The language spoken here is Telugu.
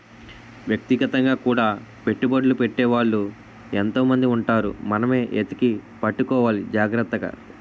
వ్యక్తిగతంగా కూడా పెట్టుబడ్లు పెట్టే వాళ్ళు ఎంతో మంది ఉంటారు మనమే ఎతికి పట్టుకోవాలి జాగ్రత్తగా